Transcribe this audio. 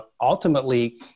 ultimately